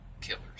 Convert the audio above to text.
killers